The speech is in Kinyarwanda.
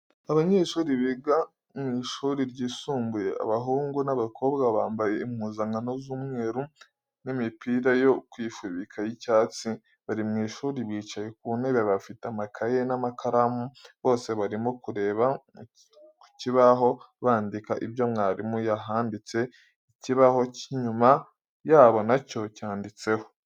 Abanyeshuri biga w'ishuri ryisumbuye abahungu n'abakobwa bambaye impuzankano z'umweru n'imipira yo kwifubika y'icyatsi bari mw'ishuri bicaye ku ntebe bafite amakaye n'amakaramu bose barimo kureba ku kibaho bandika ibyo mwarimu yahanditse, ikibaho cy'inyuma yabo nacyo cyanditseho.